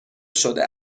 شده